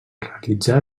realitzà